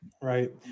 Right